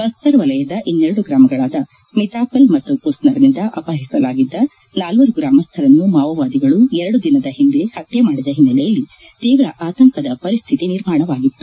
ಬಸ್ತರ್ ವಲಯದ ಇನ್ನೆರಡು ಗ್ರಾಮಗಳಾದ ಮಿತಾಪಲ್ ಮತ್ತು ಪುಸ್ತರ್ನಿಂದ ಅಪಹರಿಸಲಾಗಿದ್ದ ನಾಲ್ವರು ಗ್ರಾಮಸ್ಥರನ್ನು ಮಾವೋವಾದಿಗಳ ಎರಡು ದಿನದ ಹಿಂದೆ ಹತ್ಯೆ ಮಾಡಿದ ಹಿನ್ನೆಲೆಯಲ್ಲಿ ತೀವ್ರ ಆತಂಕದ ಪರಿಸ್ಲಿತಿ ನಿರ್ಮಾಣವಾಗಿತ್ತು